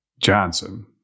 Johnson